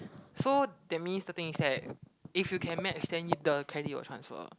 so that means the thing is that if you can match then the carrier will transfer